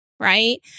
right